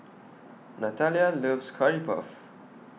Natalia loves Curry Puff